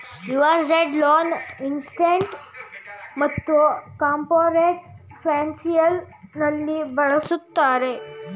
leveraged loan investment ಮತ್ತು corporate financial ನಲ್ಲಿ ಬಳಸುತ್ತಾರೆ